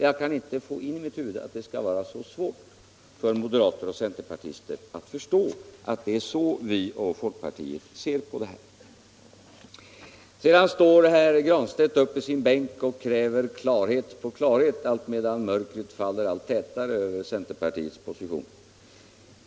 Jag kan inte få in i mitt huvud att det skall vara så svårt för moderater och centerpartister att förstå att det är så vi och folkpartiet ser på detta. Sedan står herr Granstedt upp i sin bänk och kräver klarhet på klarhet, alltmedan mörkret faller allt tätare över centerpartiets position.